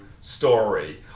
story